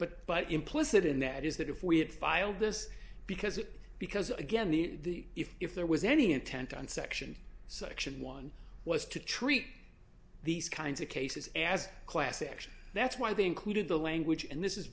but but implicit in that is that if we had filed this because it because again the if there was any intent on section section one was to treat these kinds of cases as class action that's why they included the language and this is